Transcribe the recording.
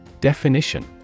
Definition